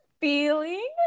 feeling